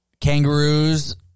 kangaroos